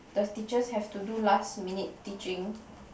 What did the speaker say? the teachers have to do last minute teaching